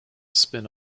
spin